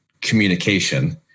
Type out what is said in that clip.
communication